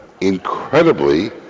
Incredibly